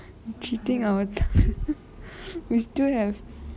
they cheating our time we still have